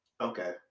Okay